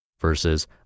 versus